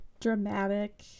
dramatic